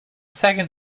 second